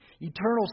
eternal